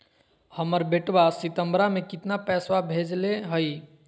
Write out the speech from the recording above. हमर बेटवा सितंबरा में कितना पैसवा भेजले हई?